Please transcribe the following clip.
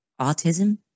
Autism